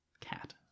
Cat